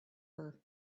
her